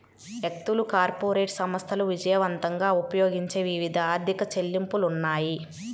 వ్యక్తులు, కార్పొరేట్ సంస్థలు విజయవంతంగా ఉపయోగించే వివిధ ఆర్థిక చెల్లింపులు ఉన్నాయి